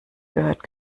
gehört